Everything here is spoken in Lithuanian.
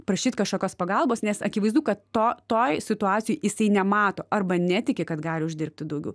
prašyt kažkokios pagalbos nes akivaizdu kad to toj situacijoj jisai nemato arba netiki kad gali uždirbti daugiau